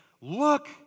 Look